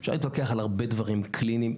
אפשר להתווכח על הרבה דברים קליניים,